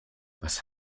was